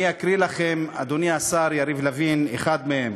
אני אקריא לכם, אדוני השר יריב לוין, אחד מהם.